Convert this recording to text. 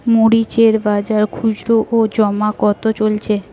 মরিচ এর বাজার খুচরো ও জমা কত চলছে?